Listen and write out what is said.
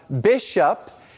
bishop